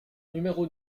numéro